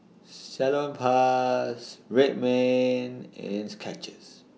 Salonpas Red Man and Skechers